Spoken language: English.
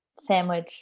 sandwich